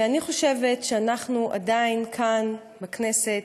אני חושבת שאנחנו עדיין, כאן בכנסת,